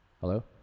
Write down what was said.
Hello